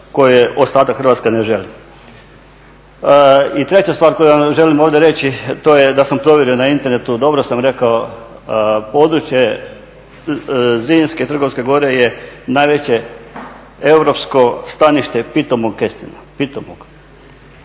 koje ostatak Hrvatske ne želi. I treća stvar koju vam želim ovdje reći, to je da sam provjerio na internetu, dobro sam rekao, područje … najveće europsko stanište pitomog kestena, pitomog.